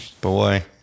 Boy